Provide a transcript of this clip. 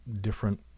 different